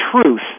truth